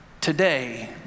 Today